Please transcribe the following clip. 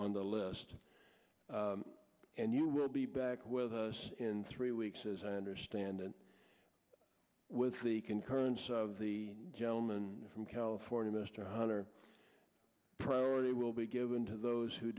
on the list and you will be back with us in three weeks as i understand it with the concurrence of the gentleman from california mr hunter priority will be given to those who